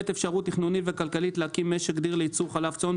אפשרות תכנונית וכלכלית להקים במשקו דיר לייצור חלב צאן,